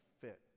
fit